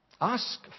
Ask